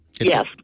Yes